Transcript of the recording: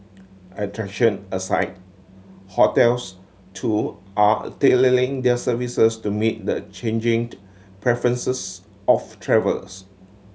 attraction aside hotels too are tailoring their services to meet the changing preferences of travellers